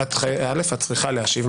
את צריכה להשיב.